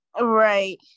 Right